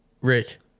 Rick